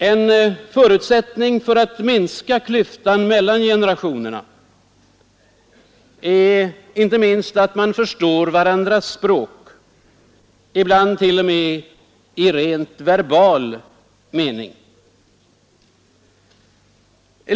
En förutsättning för att minska klyftan mellan generationerna är inte minst, att man förstår varandras språk — ibland t.o.m. i rent verbal mening.